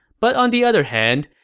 but on the other hand,